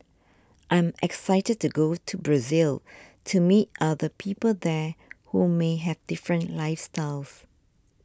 I'm excited to go to Brazil to meet other people there who may have different lives styles